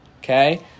okay